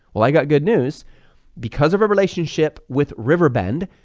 well, i got good news because of a relationship with riverbend,